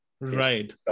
Right